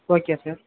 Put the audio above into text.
okay sir